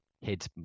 hid